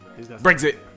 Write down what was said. Brexit